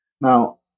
Now